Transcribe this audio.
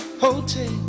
hotel